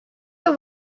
have